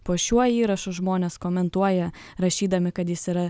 po šiuo įrašu žmonės komentuoja rašydami kad jis yra